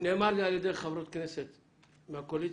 נאמר לי על ידי חברות כנסת מהקואליציה,